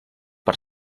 per